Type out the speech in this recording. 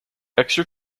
extra